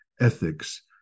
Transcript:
ethics